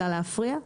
אלא להפריע,